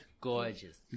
Gorgeous